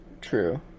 true